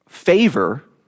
Favor